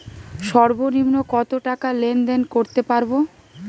সর্বনিম্ন কত টাকা লেনদেন করতে পারবো?